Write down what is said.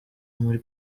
muri